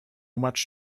much